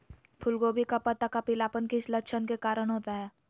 फूलगोभी का पत्ता का पीलापन किस लक्षण के कारण होता है?